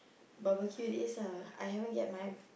barbecue is lah I haven't get my